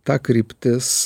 ta kryptis